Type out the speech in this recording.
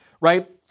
right